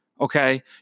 Okay